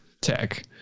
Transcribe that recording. Tech